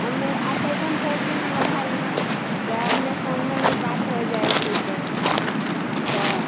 आबमे आब तऽ अइसन छै कि मोबाइलमे कि आमने सामने भी बात होए जाइ छिकै तऽ